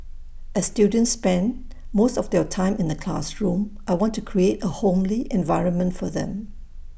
as students spend most of their time in the classroom I want to create A homely environment for them